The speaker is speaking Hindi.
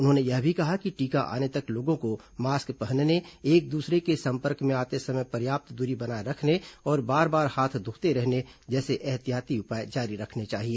उन्होंने यह भी कहा कि टीका आने तक लोगों को मास्क पहनने एक दूसरे के संपर्क में आते समय पर्याप्त दूरी बनाये रखने और बार बार हाथ धोते रहने जैसे एहतियाती उपाय जारी रखने चाहिए